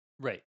Right